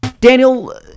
Daniel